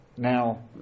Now